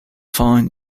following